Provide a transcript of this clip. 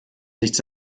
nichts